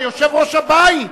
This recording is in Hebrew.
אתה יושב-ראש הבית.